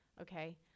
okay